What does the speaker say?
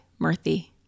Murthy